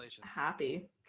happy